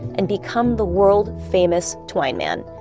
and become the world-famous twine man.